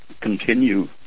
continue